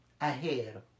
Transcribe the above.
ahead